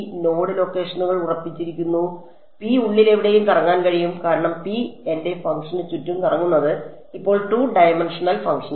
node ലൊക്കേഷനുകൾ ഉറപ്പിച്ചിരിക്കുന്നു P ഉള്ളിൽ എവിടെയും കറങ്ങാൻ കഴിയും കാരണം P എന്റെ ഫംഗ്ഷനു ചുറ്റും കറങ്ങുന്നത് ഇപ്പോൾ 2 ഡൈമൻഷണൽ ഫംഗ്ഷനാണ്